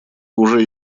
уже